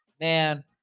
Man